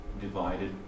divided